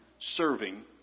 serving